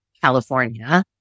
California